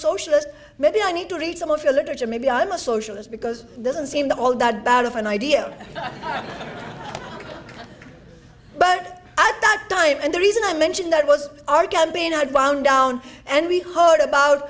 socialist maybe i need to read some of your literature maybe i'm a socialist because doesn't seem to all that bad of an idea but i've done time and the reason i mentioned that was our campaign had wound down and we heard about